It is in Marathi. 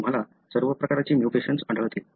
तुम्हाला सर्व प्रकारचे म्युटेशन्स आढळतील